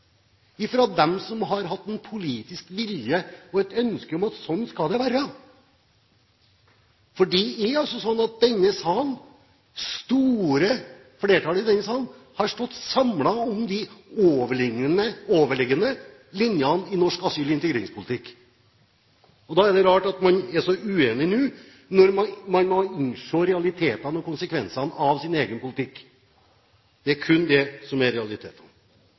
dem som har hatt politisk vilje til det og et ønske om at sånn skal det være. Det er altså slik at det store flertallet i denne salen har stått samlet om de overliggende linjene i norsk asyl- og integreringspolitikk. Da er det rart at man er så uenig nå, når man innser realitetene og konsekvensene av sin egen politikk. Det er kun det som er realiteten.